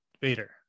vader